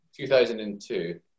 2002